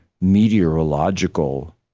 meteorological